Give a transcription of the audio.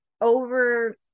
over